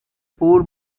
poor